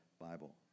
Bible